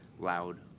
loud,